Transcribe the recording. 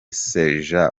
sergent